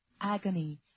agony